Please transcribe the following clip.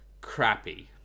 crappy